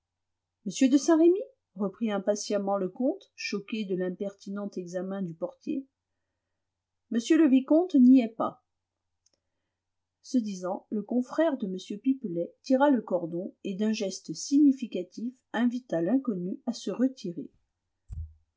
m de saint-remy reprit impatiemment le comte choqué de l'impertinent examen du portier m le vicomte n'y est pas ce disant le confrère de m pipelet tira le cordon et d'un geste significatif invita l'inconnu à se retirer